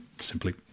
simply